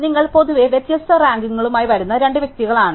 അതിനാൽ നിങ്ങൾ പൊതുവെ വ്യത്യസ്ത റാങ്കിംഗുകളുമായി വരുന്ന രണ്ട് വ്യക്തികളാണ്